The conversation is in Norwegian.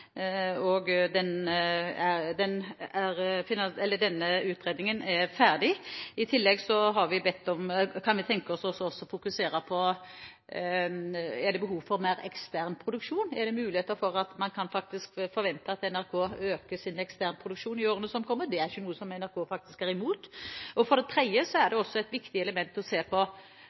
Denne utredningen er ferdig. I tillegg kan vi tenke oss å fokusere på om det er behov for mer ekstern produksjon, om det er muligheter for at man faktisk kan forvente at NRK øker sin eksternproduksjon i årene som kommer. Det er ikke noe som NRK er imot. For det tredje er det også et viktig element å se på